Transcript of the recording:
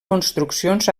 construccions